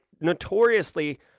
notoriously